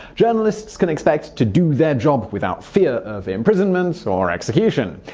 journalists can expect to do their job without fear of imprisonment or execution.